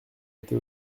été